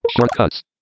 Shortcuts